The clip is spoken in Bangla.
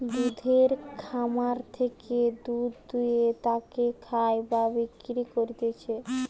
দুধের খামার থেকে দুধ দুয়ে তাকে খায় বা বিক্রি করতিছে